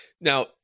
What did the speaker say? Now